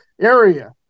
Area